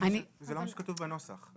זה לא מה שכתוב בנוסח.